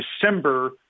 December